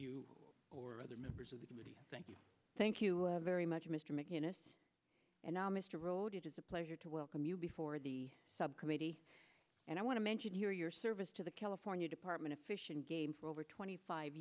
you or other members of the committee thank you thank you very much mr mcinnes and now mr wrote it is a pleasure to welcome you before the maybe and i want to mention here your service to the california department of fish and game for over twenty five